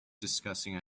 discussing